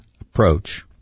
approach